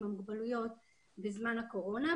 עם המוגבלויות בזמן הקורונה,